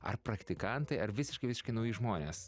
ar praktikantai ar visiškai visiškai nauji žmonės